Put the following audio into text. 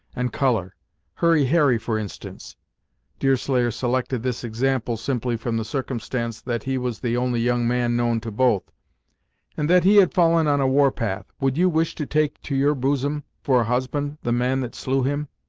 and colour hurry harry, for instance deerslayer selected this example simply from the circumstance that he was the only young man known to both and that he had fallen on a war path, would you wish to take to your bosom, for a husband, the man that slew him?